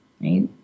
Right